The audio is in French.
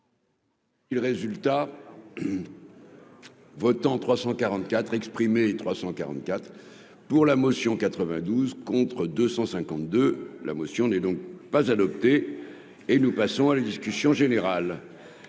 Il résultat votants 344 344 pour la motion 92 contre 252 la motion n'est donc pas adoptée et nous passons à la discussion générale.